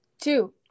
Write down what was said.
Two